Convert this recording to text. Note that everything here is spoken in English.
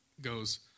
goes